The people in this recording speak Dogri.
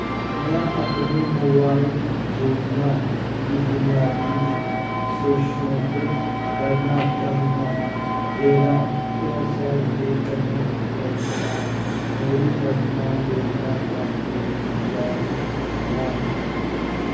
में अपनी मोबाइल योजना गी बुनियादी च संशोधत करना चाह्न्नां जेह्ड़ा एयरसैल्ल दे कन्नै उपलब्ध ऐ मेरी वर्तमान योजना दस जीबी रीचार्ज ऐ